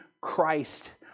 Christ